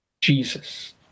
Jesus